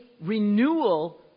renewal